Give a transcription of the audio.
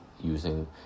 using